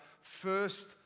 first